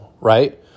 right